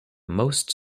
most